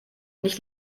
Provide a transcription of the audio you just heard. nicht